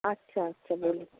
আচ্ছা আচ্ছা বলুন